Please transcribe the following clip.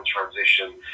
transition